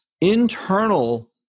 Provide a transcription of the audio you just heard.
internal